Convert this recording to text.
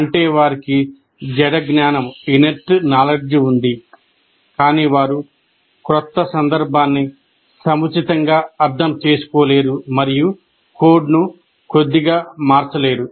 అంటే వారికి జడ జ్ఞానం ఉంది కాని వారు క్రొత్త సందర్భాన్ని సముచితంగా అర్థం చేసుకోలేరు మరియు కోడ్ను కొద్దిగా మార్చలేరు